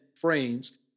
frames